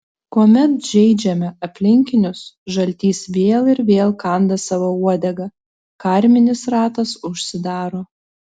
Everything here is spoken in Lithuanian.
kuomet žeidžiame aplinkinius žaltys vėl ir vėl kanda savo uodegą karminis ratas užsidaro